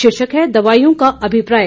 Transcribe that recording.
शीर्षक है दवाइयों का अभिप्राय